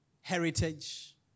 heritage